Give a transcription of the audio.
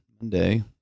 Monday